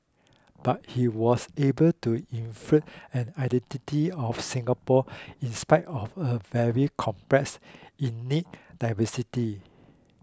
but he was able to infuse an identity of Singapore in spite of a very complex diversity